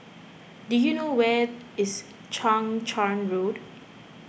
do you know where is Chang Charn Road